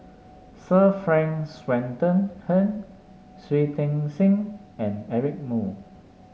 Sir Frank Swettenham Shui Tit Sing and Eric Moo